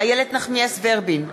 איילת נחמיאס ורבין,